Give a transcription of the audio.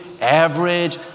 average